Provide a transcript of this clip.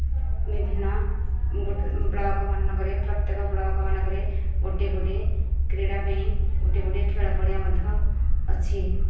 ବିଭିନ୍ନ ବ୍ଲକ୍ ମାନଙ୍କରେ ପ୍ରତ୍ୟେକ ବ୍ଲକ୍ ମାନଙ୍କରେ ଗୋଟିଏ ଗୋଟିଏ କ୍ରୀଡ଼ା ପାଇଁ ଗୋଟିଏ ଗୋଟିଏ ଖେଳ ପଡ଼ିଆ ମଧ୍ୟ ଅଛି